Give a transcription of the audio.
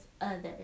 others